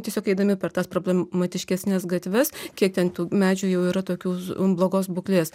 tiesiog eidami per tas problematiškesnes gatves kiek ten tų medžių jau yra tokių blogos būklės